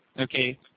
okay